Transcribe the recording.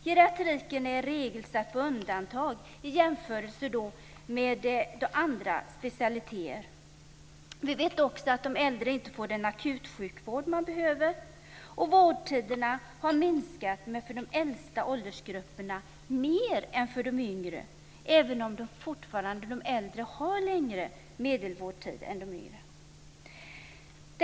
Geriatriken är i regel satt på undantag i jämförelse med andra specialiteter. Vi vet också att de äldre inte får den akutsjukvård de behöver. Vårdtiderna har minskat mer för de äldsta åldersgrupperna än för de yngre, även om de äldre fortfarande har längre medelvårdtid än de yngre.